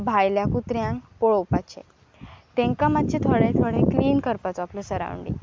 भायल्या कुत्र्यांक पळोवपाचें तांकां मातशे थोडे थोडें क्लीन करपाचो आपले सरावडींग